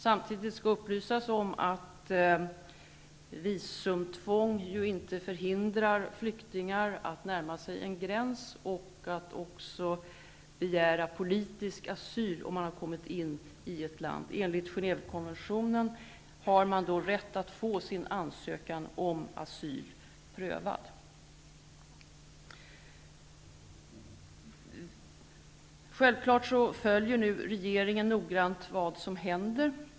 Samtidigt skall det upplysas att visumtvång inte förhindrar flyktingar att närma sig en gräns och begära politisk asyl, om de har kommit in i ett land. Enligt Genèvekonventionen har man då rätt att få sin ansökan om asyl prövad. Självfallet följer regeringen noggrant vad som händer.